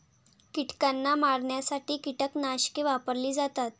कीटकांना मारण्यासाठी कीटकनाशके वापरली जातात